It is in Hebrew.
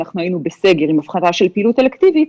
אנחנו היינו בסגר עם אבחנה של פעילות אלקטיבית,